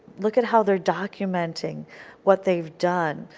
look at how they are documenting what they have done.